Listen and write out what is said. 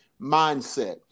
mindset